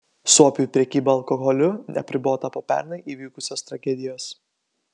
suopiui prekyba alkoholiu apribota po pernai įvykusios tragedijos